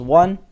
one